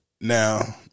Now